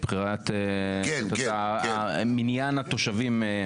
בחירת מניין התושבים.